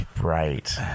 right